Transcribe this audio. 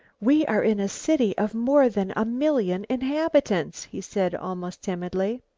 we are in a city of more than a million inhabitants, he said, almost timidly.